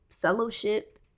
fellowship